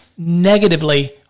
negatively